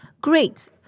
great